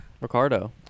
Ricardo